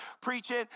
preaching